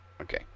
Okay